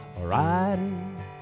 riding